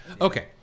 Okay